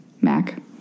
Mac